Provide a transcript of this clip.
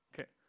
Okay